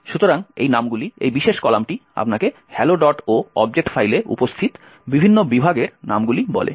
সুতরাং এই নামগুলি এই বিশেষ কলামটি আপনাকে helloo অবজেক্ট ফাইলে উপস্থিত বিভিন্ন বিভাগের নাম বলে